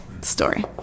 story